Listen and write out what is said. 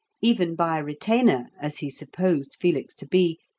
even by a retainer as he supposed felix to be,